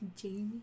Jamie